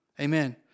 Amen